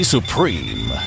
Supreme